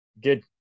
Good